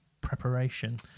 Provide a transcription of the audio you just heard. preparation